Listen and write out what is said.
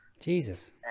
jesus